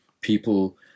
people